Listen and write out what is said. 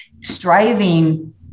Striving